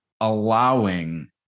allowing